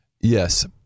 yes